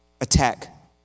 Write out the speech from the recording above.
Attack